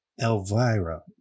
Elvira